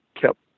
kept